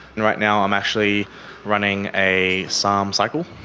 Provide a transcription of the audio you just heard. and right now i'm actually running a sarms cycle.